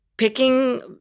picking